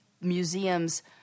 museums